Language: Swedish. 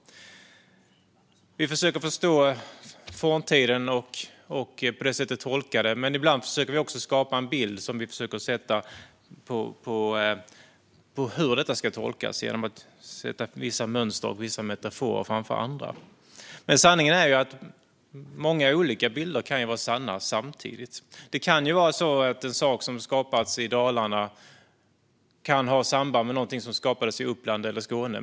Vi försöker förstå och tolka forntiden. Men ibland försöker vi också skapa en bild som vi sedan försöker sätta på hur detta ska tolkas genom att vi sätter vissa mönster och metaforer framför andra. Sanningen är dock att många olika bilder kan vara sanna samtidigt. En sak som skapats i Dalarna kan ju ha samband med något som skapats i Uppland eller Skåne.